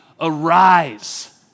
arise